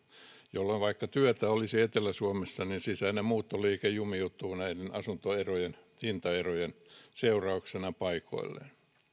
jolloin vaikka työtä olisi etelä suomessa niin sisäinen muuttoliike jumiutuu näiden asuntojen hintaerojen seurauksena paikoilleen